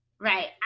Right